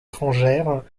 étrangères